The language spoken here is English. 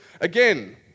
Again